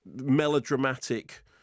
melodramatic